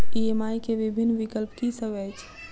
EMI केँ विभिन्न विकल्प की सब अछि